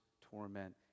torment